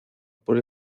por